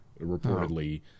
reportedly